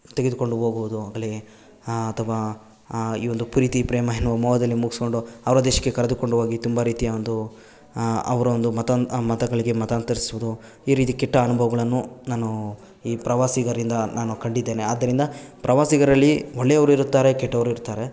ತೆಗೆದುಕೊಂಡು ಹೋಗುವುದು ಆಗಲಿ ಅಥವಾ ಈ ಒಂದು ಪ್ರೀತಿ ಪ್ರೇಮ ಎನ್ನುವ ಮೋಹದಲ್ಲಿ ಮುಗಿಸ್ಕೊಂಡು ಅವರ ದೇಶಕ್ಕೆ ಕರೆದುಕೊಂಡು ಹೋಗಿ ತುಂಬ ರೀತಿಯ ಒಂದು ಅವರ ಒಂದು ಮತನ್ ಮತಗಳಿಗೆ ಮತಾಂತರಿಸುವುದು ಈ ರೀತಿ ಕೆಟ್ಟ ಅನುಭವಗಳನ್ನು ನಾನೂ ಈ ಪ್ರವಾಸಿಗರಿಂದ ನಾನು ಕಂಡಿದ್ದೇನೆ ಆದ್ದರಿಂದ ಪ್ರವಾಸಿಗರಲ್ಲಿ ಒಳ್ಳೆಯವರು ಇರುತ್ತಾರೆ ಕೆಟ್ಟವರು ಇರ್ತಾರೆ